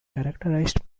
characterized